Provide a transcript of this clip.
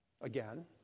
again